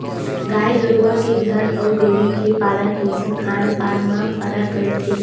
गाय गरुवा के घर अउ डेयरी के पालन पोसन खान पान म फरक रहिथे